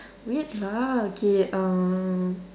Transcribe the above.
wait lah okay um